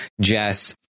jess